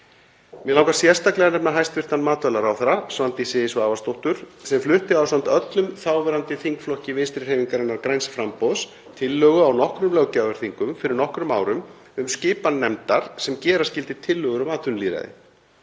Mig langar sérstaklega að nefna hæstv. matvælaráðherra Svandísi Svavarsdóttur sem flutti ásamt öllum þáverandi þingflokki Vinstrihreyfingarinnar – græns framboðs tillögu á nokkrum löggjafarþingum fyrir nokkrum árum um skipan nefndar sem gera skyldi tillögur um atvinnulýðræði.